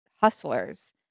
hustlers